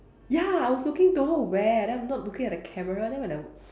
ya I was looking don't know where then I'm not looking at the camera then when I